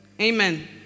Amen